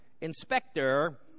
Inspector